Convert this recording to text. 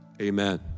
Amen